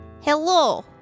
Hello